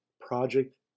project